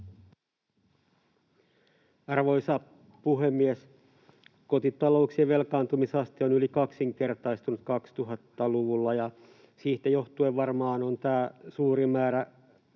Arvoisa puhemies! Kotitalouksien velkaantumisaste on yli kaksinkertaistunut 2000-luvulla, ja siitä johtuen varmaan on tämä suuri määrä